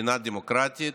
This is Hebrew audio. במדינה דמוקרטית,